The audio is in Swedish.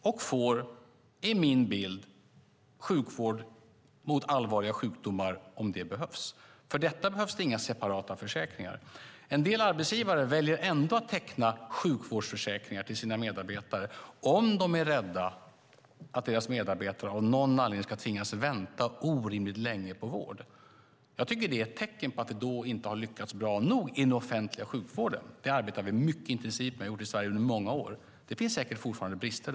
Min bild är att man får sjukvård mot allvarliga sjukdomar om det behövs. För detta behövs inga separata försäkringar. En del arbetsgivare väljer ändå att teckna sjukvårdsförsäkringar till sina medarbetare om de är rädda att dessa av någon anledning ska tvingas vänta orimligt länge på vård. Jag tycker att det då är ett tecken på att man inte lyckats bra nog i den offentliga sjukvården. Vi arbetar mycket intensivt med detta i Sverige och har gjort det under många år. Det finns säkert fortfarande brister.